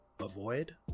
avoid